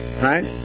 right